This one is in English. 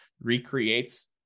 recreates